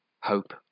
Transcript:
hope